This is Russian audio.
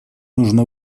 нужно